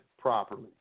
properly